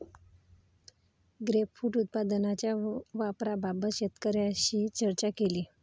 grapefruit उत्पादनाच्या वापराबाबत शेतकऱ्यांशी चर्चा केली